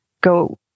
go